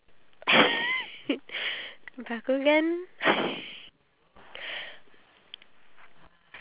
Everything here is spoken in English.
um I get that but I also have one day to study for my two examination papers